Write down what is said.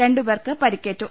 രണ്ടുപേർക്ക് പരിക്കേറ്റു